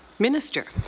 minister.